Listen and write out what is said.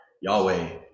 Yahweh